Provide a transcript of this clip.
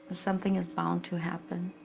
something is bound to happen.